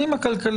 הנכון